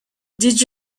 did